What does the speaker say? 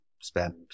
spend